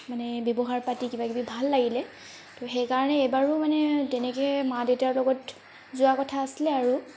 মানে ব্যৱহাৰ পাতি কিবা কিবি ভাল লাগিলে ত' সেইকাৰণে এইবাৰো মানে তেনেকৈ মা দেউতাৰ লগত যোৱা কথা আছিলে আৰু